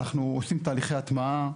אנחנו עושים תהליכי הטמעה.